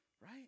right